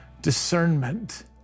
discernment